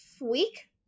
week